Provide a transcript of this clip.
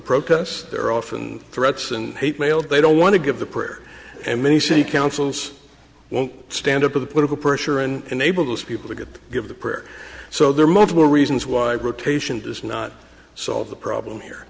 protests or often threats and hate mail they don't want to give the prayer and many city councils won't stand up to the political pressure and enable those people to get to give the prayer so there are multiple reasons why rotation does not solve the problem here